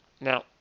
Now